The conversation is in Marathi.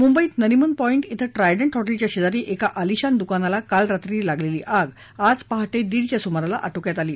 मुंबईत नरिमन पॉइंट इथं ट्रायडंट हॉटेलच्या शेजारी एका अलिशान दुकानाला काल रात्री लागलेली आग पहाटे दीडच्या सुमाराला आटोक्यात आली